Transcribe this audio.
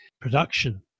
production